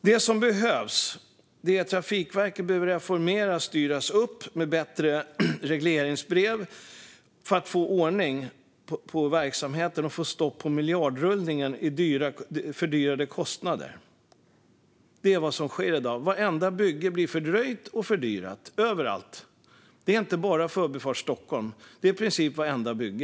Det som behövs är att Trafikverket reformeras och styrs upp, med bättre regleringsbrev för att få ordning på verksamheten och stopp på miljardrullningen i fördyrade kostnader. Det är vad som sker i dag: Vartenda bygge blir fördröjt och fördyrat - överallt. Det gäller inte bara Förbifart Stockholm, utan det gäller i princip vartenda bygge.